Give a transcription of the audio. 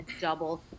double